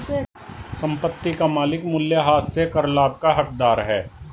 संपत्ति का मालिक मूल्यह्रास से कर लाभ का हकदार है